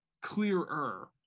clearer